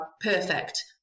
perfect